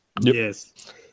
Yes